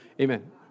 Amen